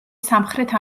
სამხრეთ